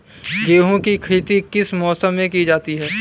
गेहूँ की खेती किस मौसम में की जाती है?